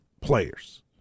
players